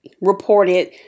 reported